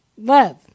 love